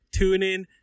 TuneIn